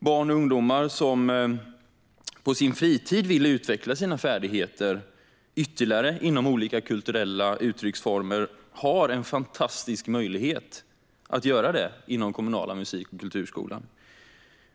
Barn och ungdomar som på sin fritid vill utveckla sina färdigheter ytterligare inom olika kulturella uttrycksformer har en fantastisk möjlighet att göra det inom den kommunala musik och kulturskolan.